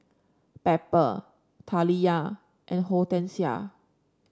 Pepper Taliyah and Hortensia